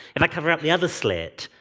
if i cover up the other slit,